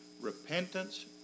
repentance